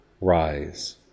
rise